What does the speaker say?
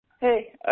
Hey